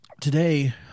Today